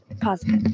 positive